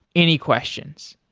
any questions?